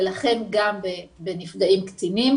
ולכן גם בנפגעים קטינים.